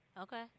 Okay